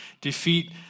defeat